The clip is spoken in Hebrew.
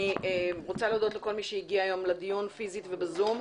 אני רוצה להודות לכל מי שהגיע היום לדיון פיסית ובזום.